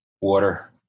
water